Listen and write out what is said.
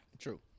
True